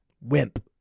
wimp